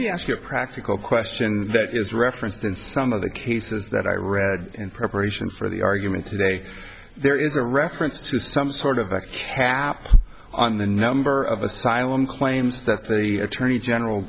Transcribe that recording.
me ask you a practical question that is referenced in some of the cases that i read in preparation for the argument today there is a reference to some sort of a care on the number of asylum claims that the attorney general